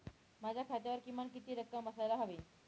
माझ्या खात्यावर किमान किती रक्कम असायला हवी?